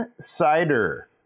cider